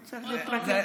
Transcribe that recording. צריך להתרגל.